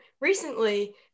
recently